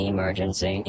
Emergency